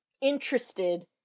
interested